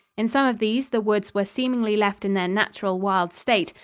in some of these the woods were seemingly left in their natural wild state,